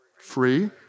free